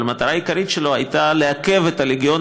אבל המטרה העיקרית שלו הייתה לעכב את הלגיון